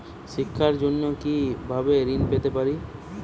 শিক্ষার জন্য কি ভাবে ঋণ পেতে পারি?